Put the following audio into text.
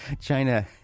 China